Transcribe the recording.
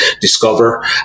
Discover